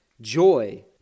joy